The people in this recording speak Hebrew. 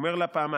אומר לה פעמיים.